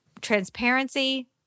transparency